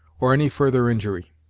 or any further injury.